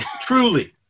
Truly